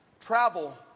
travel